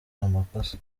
amakosa